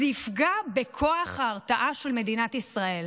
זה יפגע בכוח ההרתעה של מדינת ישראל.